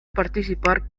participar